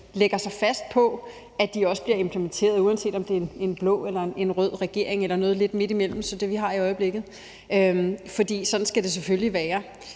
lægger sig fast på, at de bliver implementeret, uanset om det er en blå eller en rød regering eller noget lidt midt imellem som den, vi har i øjeblikket, for sådan skal det selvfølgelig være.